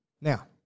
Now